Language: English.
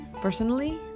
personally